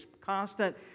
constant